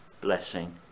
blessing